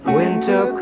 winter